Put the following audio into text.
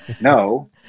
no